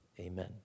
Amen